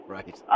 Right